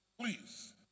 Please